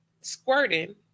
squirting